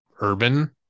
urban